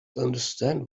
understand